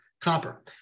copper